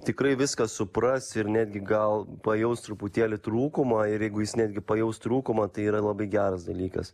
tikrai viską supras ir netgi gal pajaus truputėlį trūkumą ir jeigu jis netgi pajaus trūkumą tai yra labai geras dalykas